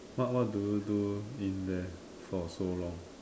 what what do you do in there for so long